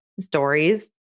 stories